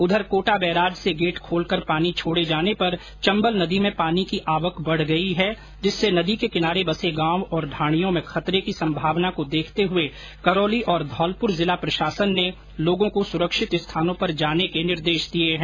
उधर कोटा बैराज से गेट खोलकर पानी छोड़े जाने पर चंबल नदी में पानी की आवक बढ गई है जिससे नदी के किनारे बसे गांव और ढाणियों में खतरे की संभावना को देखते हुये करौली और धौलपुर जिला प्रशासन ने लोगों को सुरक्षित स्थानों पर जाने के निर्देश दिये हैं